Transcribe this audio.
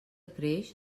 creix